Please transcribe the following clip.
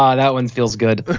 um that wins feels good.